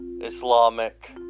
Islamic